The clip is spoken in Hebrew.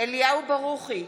אליהו ברוכי,